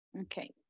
Okay